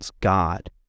God